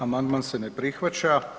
Amandman se ne prihvaća.